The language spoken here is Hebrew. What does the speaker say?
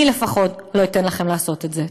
אני לפחות לא אתן לכם לעשות את זה.